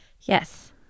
Yes